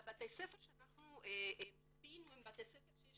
בתי הספר שאנחנו מיפינו הם בתי ספר שיש